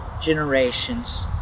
generations